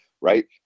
right